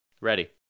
Ready